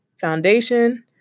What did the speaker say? Foundation